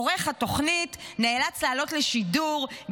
עורך התוכנית נאלץ לעלות לשידור,